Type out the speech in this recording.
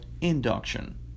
induction